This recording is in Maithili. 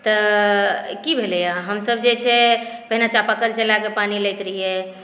तऽ की भेलै हँ हमसभ जे छै पहिने चापाकल चलाके पानि लैत रहियै